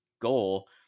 goal